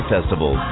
Festival